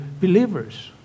believers